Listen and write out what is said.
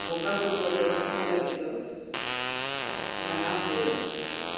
ᱵᱚᱸᱜᱟ ᱵᱳᱨᱳ ᱠᱚ ᱫᱮᱵᱟ ᱥᱮᱰᱟ ᱠᱚ ᱞᱟᱹᱜᱤᱫ ᱫᱚ ᱢᱟᱱᱟᱣ ᱦᱩᱭᱟᱵᱚᱱᱟ